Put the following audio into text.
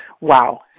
Wow